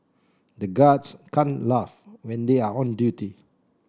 the guards can't laugh when they are on duty